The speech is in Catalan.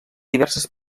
diverses